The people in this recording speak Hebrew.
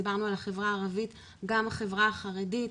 דיברנו על החברה הערבית, גם החברה החרדית,